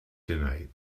tonight